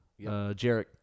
Jarek